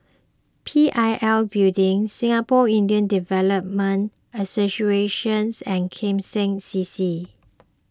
P I L Building Singapore Indian Development Associations and Kim Seng C C